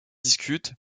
discutent